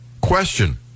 Question